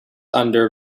under